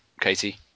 Katie